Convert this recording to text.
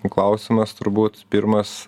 klausimas turbūt pirmas